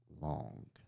long